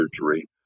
surgery